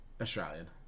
Australian